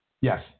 Yes